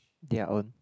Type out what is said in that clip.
they are on